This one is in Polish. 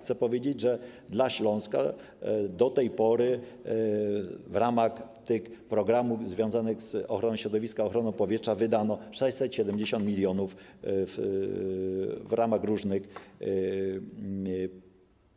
Chcę powiedzieć, że jeśli chodzi o Śląsk, do tej pory w ramach programów związanych z ochroną środowiska, ochroną powietrza wydano 670 mln, w ramach różnych